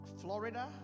Florida